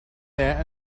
there